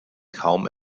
kaum